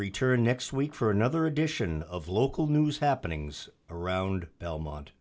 return next week for another edition of local news happening around belmont